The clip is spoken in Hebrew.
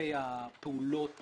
כלפי הפעולות